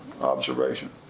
observation